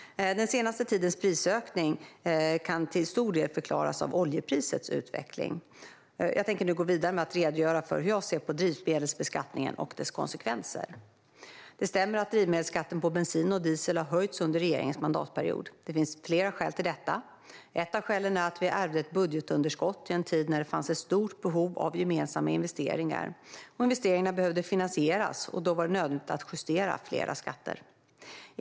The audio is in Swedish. Den senaste tidens prisökning kan exempelvis till stor del förklaras av oljeprisets utveckling. Jag tänkte nu gå vidare med att redogöra för hur jag ser på drivmedelsbeskattningen och dess konsekvenser. Det stämmer att drivmedelsskatten på bensin och diesel har höjts under regeringens mandatperiod. Det finns flera skäl till detta. Ett av skälen är att vi ärvde ett budgetunderskott i en tid när det fanns ett stort behov av gemensamma investeringar. Investeringarna behövde finansieras och då var det nödvändigt att justera flera skatter.